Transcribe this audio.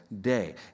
day